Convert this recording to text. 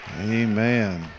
Amen